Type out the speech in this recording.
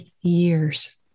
years